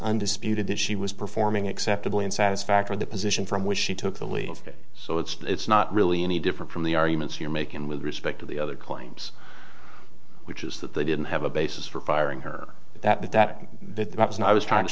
undisputed that she was performing acceptably in satisfactory the position from which she took the lead so it's not really any different from the arguments you're making with respect to the other claims which is that they didn't have a basis for firing her that that was not i was trying to